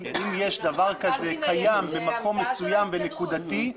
אם יש דבר כזה והוא קיים במקום מסוים ונקודתי,